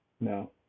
no